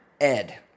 Ed